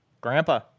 Grandpa